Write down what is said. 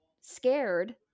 scared